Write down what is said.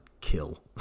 kill